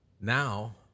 now